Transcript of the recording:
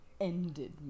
ended